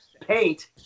Paint